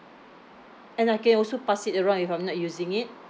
and I can also pass it around if I'm not using it